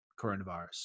coronavirus